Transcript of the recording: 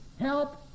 help